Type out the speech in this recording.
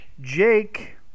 Jake